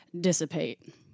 dissipate